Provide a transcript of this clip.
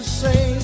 say